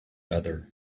other